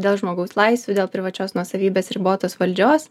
dėl žmogaus laisvių dėl privačios nuosavybės ribotos valdžios